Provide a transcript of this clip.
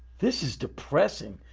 this is depressing.